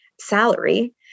salary